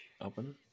Open